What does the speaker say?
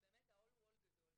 והעול הוא עול גדול.